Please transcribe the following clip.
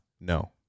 No